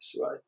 right